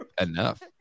enough